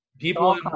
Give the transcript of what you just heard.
People